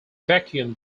vacuum